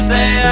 Say